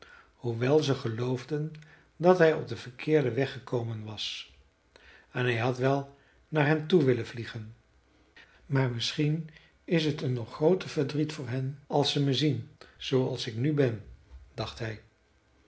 hoewel ze geloofden dat hij op den verkeerden weg gekomen was en hij had wel naar hen toe willen vliegen maar misschien is t een nog grooter verdriet voor hen als ze me zien zooals ik nu ben dacht hij